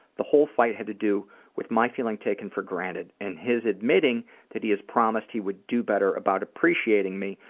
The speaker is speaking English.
the whole fight had to do with my feeling taken for granted and his admitting that he has promised he would do better about appreciating me,